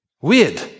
Weird